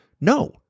No